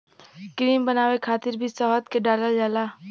cream बनावे खातिर भी शहद के डालल जाला